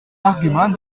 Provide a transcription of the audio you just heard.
l’argument